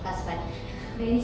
class fund